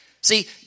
See